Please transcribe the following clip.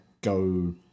go